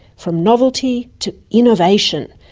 from novelty to innovation,